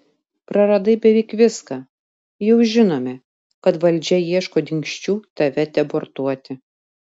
praradai beveik viską jau žinome kad valdžia ieško dingsčių tave deportuoti